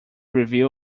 review